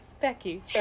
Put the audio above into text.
Becky